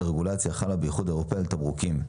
על רגולציה החלה באיחוד האירופי על תמרוקים,